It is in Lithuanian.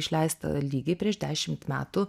išleista lygiai prieš dešimt metų